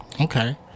Okay